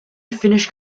finnish